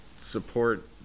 support